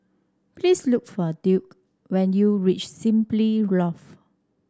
please look for Duke when you reach Simply Lodge